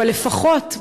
אבל לפחות,